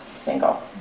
single